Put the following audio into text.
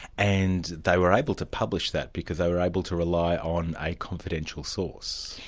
and they were able to publish that, because they were able to rely on a confidential source.